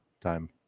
time